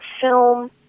film